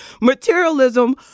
materialism